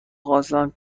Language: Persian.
خواستم